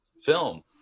film